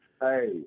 hey